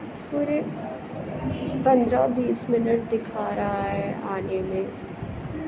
پورے پندرہ بیس منٹ دکھا رہا ہے آنے میں